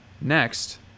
next